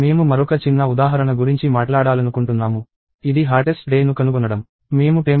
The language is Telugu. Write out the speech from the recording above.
మేము మరొక చిన్న ఉదాహరణ గురించి మాట్లాడాలనుకుంటున్నాము ఇది హాటెస్ట్ డే ను కనుగొనడం